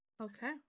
Okay